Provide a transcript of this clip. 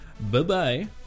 Bye-bye